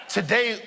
Today